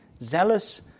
Zealous